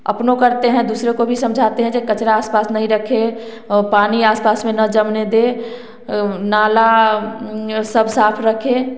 अपने करते हैं दूसरों को भी समझते हैं कि कचरा आस पास नहीं रखें और पानी आसपास में जमने दे नाला सब साफ रखे